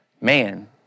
man